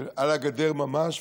על הגדר ממש,